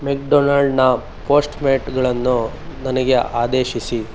ಮೆಕ್ಡೊನಾಲ್ಡ್ನ ಪೋಸ್ಟ್ಮೇಟ್ಗಳನ್ನು ನನಗೆ ಆದೇಶಿಸಿ